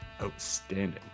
outstanding